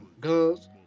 guns